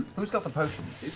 who's got the potions?